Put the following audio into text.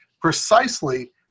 precisely